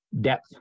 depth